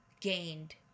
gained